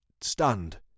stunned